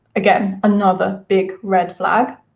again, another big red flag.